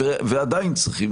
ועדיין צריכים,